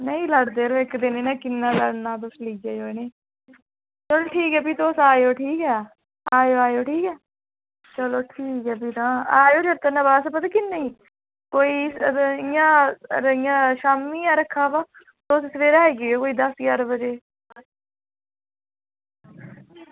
नेईं लड़दे यरो इक्क दिन इ'नें किन्ना लड़ना तुस लेई आएओ इ'नें गी चलो ठीक ऐ फ्ही तुस आएओ ठीक ऐ आएओ आएओ ठीक ऐ चलो ठीक ऐ फ्ही तां आएओ चेते ने पता किन्नी कोई इ'यां इ'यां शामीं गै रक्खे दा बाऽ तुस तुस सवैरे गै आई जाएओ कोई दस्स ज्हारां बजे